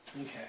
Okay